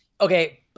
Okay